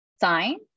sign